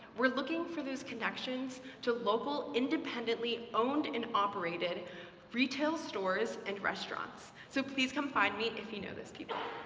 we're looking for those connections to local, independently owned and operated retail stores and restaurants. so please come find me if you know those people.